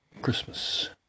Christmas